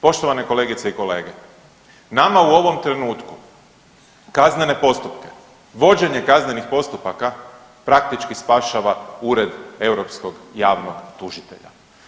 Poštovane kolegice i kolege, nama u ovom trenutku kaznene postupke, vođenje kaznenih postupaka praktički spašava Ured europskog javnog tužitelja.